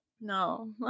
No